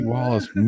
Wallace